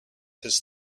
his